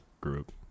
group